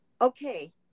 okay